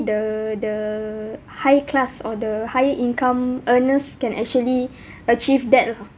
the the high class or the higher income earners can actually achieve that lah